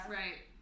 right